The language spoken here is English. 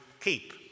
keep